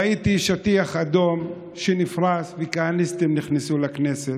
ראיתי ששטיח אדום נפרס וכהניסטים נכנסו לכנסת.